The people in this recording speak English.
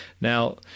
Now